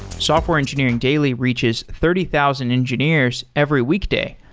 software engineering daily reaches thirty thousand engineers every week day,